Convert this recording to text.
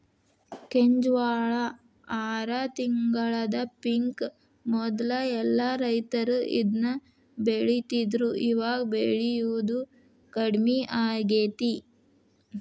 ಕೆಂಜ್ವಾಳ ಆರ ತಿಂಗಳದ ಪಿಕ್ ಮೊದ್ಲ ಎಲ್ಲಾ ರೈತರು ಇದ್ನ ಬೆಳಿತಿದ್ರು ಇವಾಗ ಬೆಳಿಯುದು ಕಡ್ಮಿ ಆಗೇತಿ